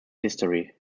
history